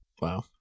Wow